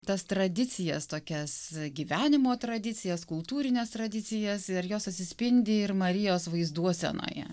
tas tradicijas tokias gyvenimo tradicijas kultūrines tradicijas ir jos atsispindi ir marijos vaizduosenoje